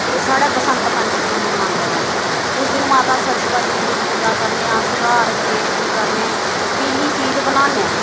साढ़े बसंत पंचमी मनांदे न उस दिन माता सरस्वती दी पूजा करने अस घर गणेश दी करने पीली चीज बनाने